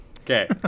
Okay